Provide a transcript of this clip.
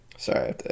Sorry